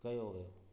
कयो वियो